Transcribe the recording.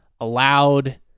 allowed